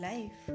Life